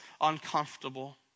uncomfortable